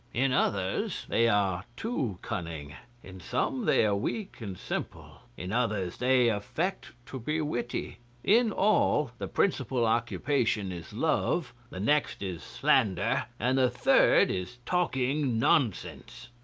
in others they are too cunning in some they are weak and simple, in others they affect to be witty in all, the principal occupation is love, the next is slander, and the third is talking nonsense.